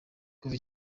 kuva